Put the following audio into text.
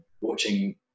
watching